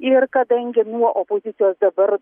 ir kadangi nuo opozicijos dabar